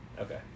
Okay